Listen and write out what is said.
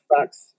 Facts